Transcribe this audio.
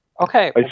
Okay